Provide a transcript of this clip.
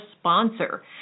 sponsor